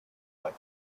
life